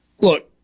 Look